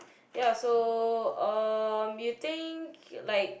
ya so um you think like